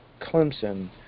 Clemson